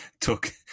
took